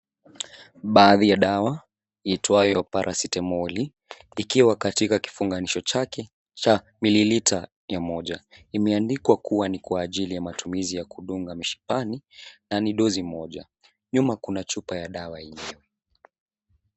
Baadhi ya dawa yaitwayo parasitamoli ikiwa katika kifunganisho chake cha mililita mia moja. Imeandikwa kuwa ni kwa ajili ya matumizi ya kudunga mishipani na ni dozi moja. Nyuma kuna chupa ya dawa hiyo.